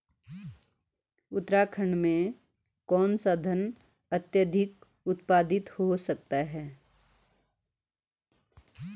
उत्तराखंड में कौन सा धान अत्याधिक उत्पादित हो सकता है?